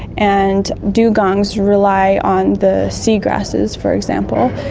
and dugongs rely on the sea grasses, for example.